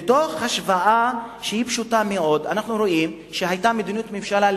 מתוך השוואה שהיא פשוטה מאוד אנחנו רואים שהיתה מדיניות ממשלה,